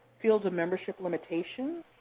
field-of-membership limitations?